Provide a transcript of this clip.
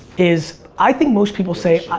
is i think most people say,